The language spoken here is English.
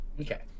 Okay